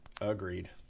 Agreed